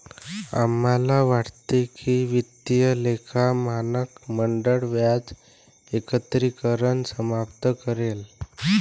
आम्हाला वाटते की वित्तीय लेखा मानक मंडळ व्याज एकत्रीकरण समाप्त करेल